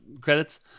credits